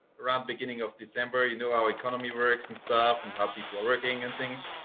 rod beginning of december, you know, our economy works and stuff and how people are working and things.